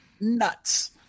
nuts